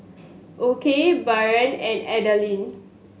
Okey Bryan and Adaline